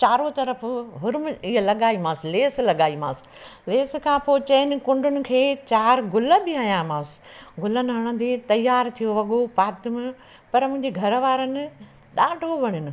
चारो तरफ़ हुरमीर इहा लॻाईमांसि लेस लॻाईमांसि लेस खां पोइ चइनि कुंडनि खे चारि गुल बि हयामांसि गुल न हणंदी तयारु थियो वॻो पातमि पर मुंहिंजे घर वारनि ॾाढो वणियनि